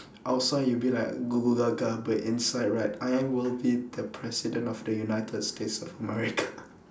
outside you'll be like but inside right I will be the president of the united-states-of-america